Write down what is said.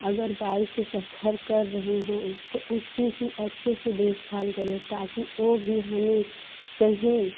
अगर बाइक से सफ़र कर रहे हैं तो उसके भी अच्छे से देखभाल करें ताकि वह भी हमें कहीं